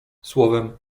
słowem